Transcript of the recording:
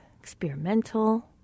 experimental